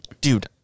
Dude